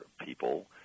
people